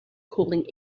calling